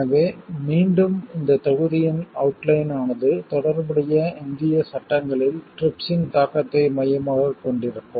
எனவே மீண்டும் இந்த தொகுதியின் அவுட்லைன் ஆனது தொடர்புடைய இந்திய சட்டங்களில் TRIPS இன் தாக்கத்தை மையமாகக் கொண்டிருக்கும்